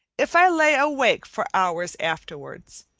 if i lay awake for hours afterward,